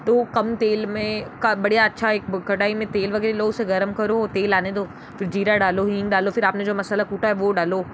तो कम तेल में का बढ़िया अच्छा एक कढ़ाई मे तेल वगैरह लो उसे गरम करो तेल आने दो फ़िर जीरा डालो हिंग डालो फिर आप ने जो मसाला कूटा है वो डालो